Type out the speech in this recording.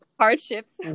hardships